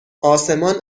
آسمان